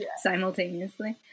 simultaneously